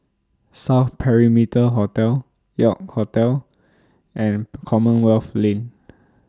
South Perimeter Hotel York Hotel and Commonwealth Lane